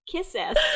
Kisses